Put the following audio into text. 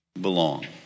belong